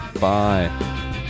Bye